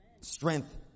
Strength